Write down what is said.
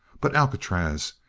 but alcatraz.